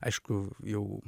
aišku jau